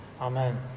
Amen